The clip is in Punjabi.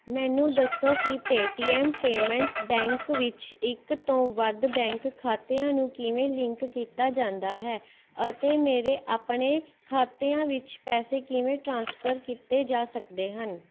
ਮੈਨੂੰ ਦੱਸੋ ਕਿ ਪੇਟੀਐੱਮ ਪੇਮੈਂਟਸ ਬੈਂਕ ਵਿੱਚ ਇੱਕ ਤੋਂ ਵੱਧ ਬੈਂਕ ਖਾਤਿਆਂ ਨੂੰ ਕਿਵੇਂ ਲਿੰਕ ਕੀਤਾ ਜਾਂਦਾ ਹੈ ਅਤੇ ਮੇਰੇ ਆਪਣੇ ਖਾਤਿਆਂ ਵਿੱਚ ਪੈਸੇ ਕਿਵੇਂ ਟ੍ਰਾਂਸਫਰ ਕੀਤੇ ਜਾ ਸਕਦੇ ਹਨ